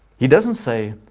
he doesn't say,